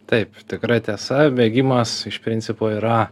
taip tikra tiesa bėgimas iš principo yra